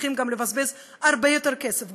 שצריכים גם לבזבז הרבה יותר כסף,